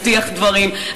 הבטיח דברים.